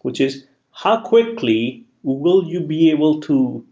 which is how quickly will you be able to